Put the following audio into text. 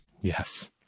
yes